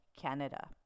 Canada